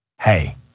hey